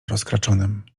rozkraczonym